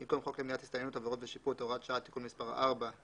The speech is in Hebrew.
במקום "חוק למניעת הסתננות (עבירות ושיפוט) (הוראת שעה) (תיקון מס' 4),